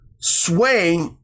sway